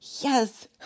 Yes